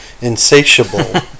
insatiable